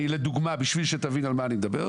אני אתן לך דוגמה כדי שתבין על מה אני מדבר.